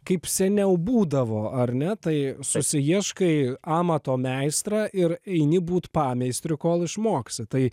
kaip seniau būdavo ar ne tai susiieškai amato meistrą ir eini būt pameistriu kol išmoksi tai